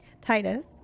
Titus